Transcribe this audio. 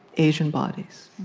asian bodies.